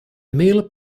meal